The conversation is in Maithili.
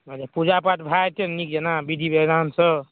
हँ तऽ पूजा पाठ भए जेतै ने नीक जेना विधि विधानसँ